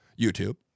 YouTube